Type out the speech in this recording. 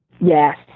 Yes